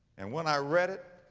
and when i read it,